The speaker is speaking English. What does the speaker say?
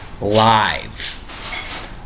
Live